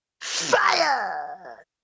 fire